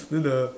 then the